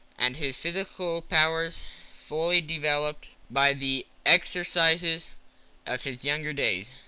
and his physical powers fully developed by the exercises of his younger days.